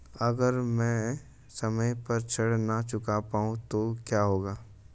अगर म ैं समय पर ऋण न चुका पाउँ तो क्या होगा?